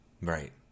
right